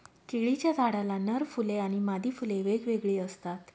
केळीच्या झाडाला नर फुले आणि मादी फुले वेगवेगळी असतात